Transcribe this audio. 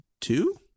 two